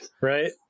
Right